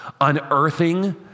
unearthing